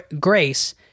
Grace